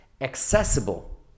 accessible